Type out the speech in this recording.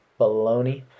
baloney